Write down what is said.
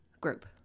group